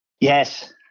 Yes